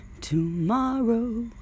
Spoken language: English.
tomorrow